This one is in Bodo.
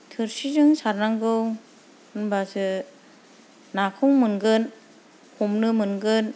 थोरसिजों सारनांगौ होनब्लासो नाखौ मोनगोन हमोन मोनगोन